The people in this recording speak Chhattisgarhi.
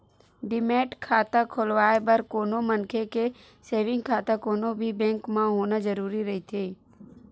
डीमैट खाता खोलवाय बर कोनो मनखे के सेंविग खाता कोनो भी बेंक म होना जरुरी रहिथे